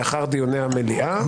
לאחר דיוני המליאה,